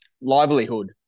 livelihood